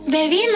Baby